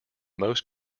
most